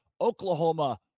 Oklahoma